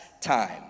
time